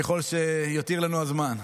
ככל שיותיר לנו הזמן.